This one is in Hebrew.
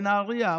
בנהריה,